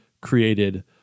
created